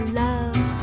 love